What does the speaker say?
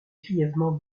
grièvement